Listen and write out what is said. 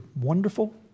wonderful